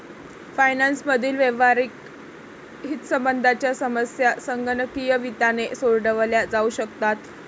finance मधील व्यावहारिक हितसंबंधांच्या समस्या संगणकीय वित्ताने सोडवल्या जाऊ शकतात